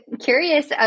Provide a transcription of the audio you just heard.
curious